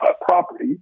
property